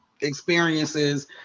experiences